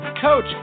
coach